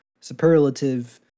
superlative